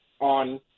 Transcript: on